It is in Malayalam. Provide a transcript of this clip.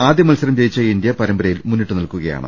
ആദ്യമത്സരം ജയിച്ച ഇന്ത്യ പരമ്പരയിൽ മുന്നിട്ടുനിൽക്കു കയാണ്